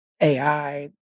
AI